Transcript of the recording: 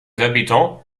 habitants